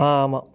ஆ ஆமாம்